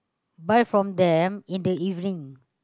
buy from them in the evening